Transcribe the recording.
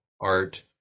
art